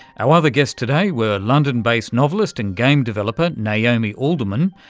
our other guests today were london-based novelist and game developer naomi alderman,